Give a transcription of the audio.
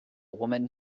woman